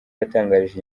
yatangarije